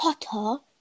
Potter